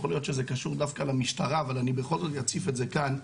יכול להיות שזה קשור דווקא למשטרה אבל אני בכל זאת אציף את זה כאן.